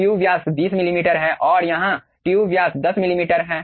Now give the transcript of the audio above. tube व्यास 20 millimetre है और यहां ट्यूब व्यास 10 मिलीमीटर है